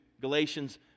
Galatians